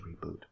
reboot